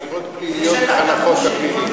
על עבירות פליליות חל החוק הפלילי.